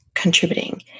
contributing